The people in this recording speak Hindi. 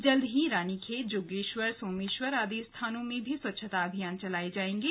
जल्दी ही रानीखेत जागेश्वर सोमेश्वर आदि स्थानों में भी स्वच्छता अभियान चलाये जाएंगे